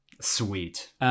sweet